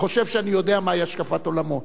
חושב שאני יודע מה השקפת עולמו.